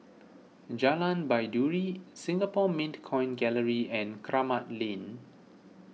Jalan Baiduri Singapore Mint Coin Gallery and Kramat Lane